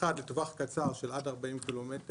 אחד לטווח קצר של עד 40 קילומטר,